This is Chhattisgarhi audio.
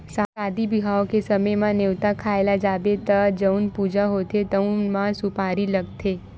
सादी बिहाव के समे म, नेवता खाए ल जाबे त जउन पूजा होथे तउनो म सुपारी लागथे